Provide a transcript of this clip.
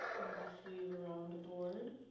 move the sleeve around the board,